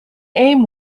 aim